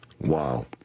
Wow